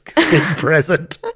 present